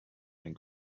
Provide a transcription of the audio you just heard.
ein